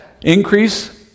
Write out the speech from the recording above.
increase